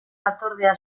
batzordea